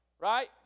Right